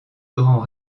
grand